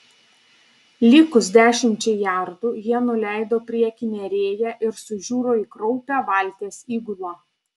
likus dešimčiai jardų jie nuleido priekinę rėją ir sužiuro į kraupią valties įgulą